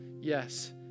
yes